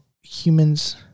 humans